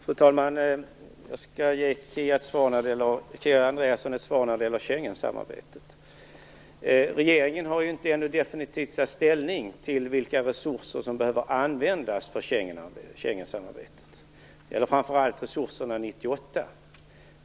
Fru talman! Jag skall ge Kia Andreasson ett svar när det gäller Schengensamarbetet. Regeringen har ännu inte definitivt tagit ställning till vilka resurser som behöver användas för Schengensamarbetet - det gäller framför allt resurserna för 1998.